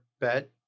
bet